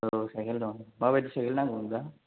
औ साइकेल दं माबायदि साइकेल नांगौमोनबा